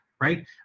right